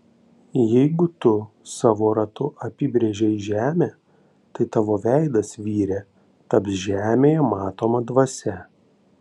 jeigu tu savo ratu apibrėžei žemę tai tavo veidas vyre taps žemėje matoma dvasia